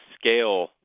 scale